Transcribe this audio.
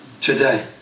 today